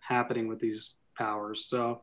happening with these powers so